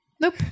Nope